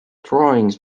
drawings